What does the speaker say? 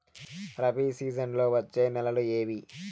రబి సీజన్లలో వచ్చే నెలలు ఏవి?